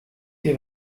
die